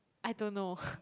I don't know